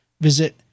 Visit